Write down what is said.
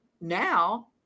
now